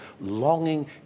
longing